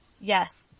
Yes